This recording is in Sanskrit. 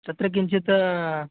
तत्र किञ्चित्